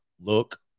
look